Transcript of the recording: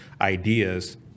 ideas